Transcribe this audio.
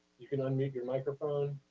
you can unmute your microphone.